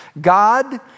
God